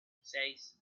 seis